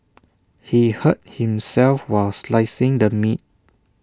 he hurt himself while slicing the meat